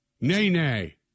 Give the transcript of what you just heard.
Nay-nay